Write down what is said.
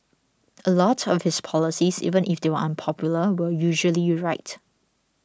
a lot of his policies even if they were unpopular were usually right